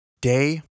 Day